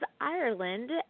Ireland